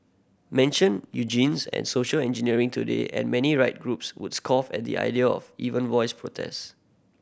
mention and social engineering today and many right groups would scoff at the idea of even voice protest